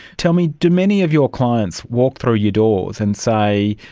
tell me, do many of your clients walk through your doors and say,